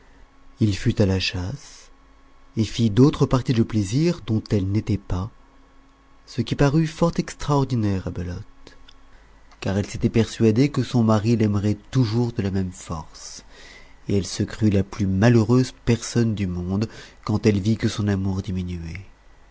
il fut à la chasse et fit d'autres parties de plaisir dont elle n'était pas ce qui parut fort extraordinaire à belote car elle s'était persuadée que son mari l'aimerait toujours de la même force et elle se crut la plus malheureuse personne du monde quand elle vit que son amour diminuait